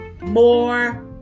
more